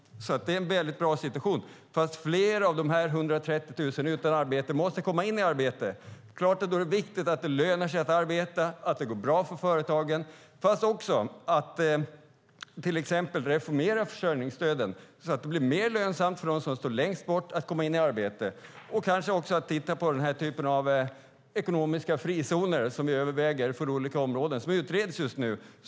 Det är en bra situation. Men fler av dessa 130 000 som är utan arbete måste komma in i arbete. Då är det klart att det är viktigt att det lönar sig att arbeta och att det går bra för företagen. Det handlar också om att till exempel reformera försörjningsstöden så att det blir mer lönsamt för dem som står längst bort att komma in i arbete. Man kanske också ska titta på den typ av ekonomiska frizoner som vi överväger för olika områden och som utreds just nu.